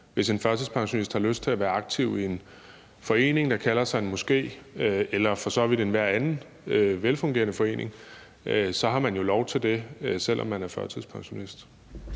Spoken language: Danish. Hvis man har lyst til at være aktiv i en forening, der kalder sig en moské, eller for så vidt enhver anden velfungerende forening, har man jo lov til det, selv om man er førtidspensionist.